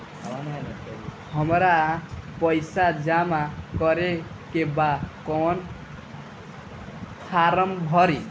हमरा पइसा जमा करेके बा कवन फारम भरी?